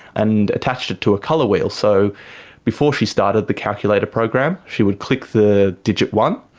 and attached it to a colour wheel. so before she started the calculator program, she would click the digit one,